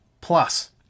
plus